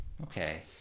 okay